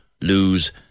lose